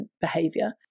behavior